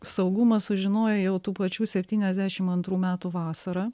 saugumas sužinojo jau tų pačių septyniasdešim antrų metų vasarą